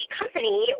company